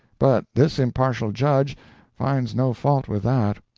but this impartial judge finds no fault with that.